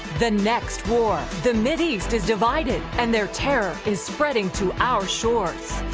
the next war. the mideast is divided, and their terror is spreading to our shore.